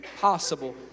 possible